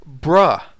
Bruh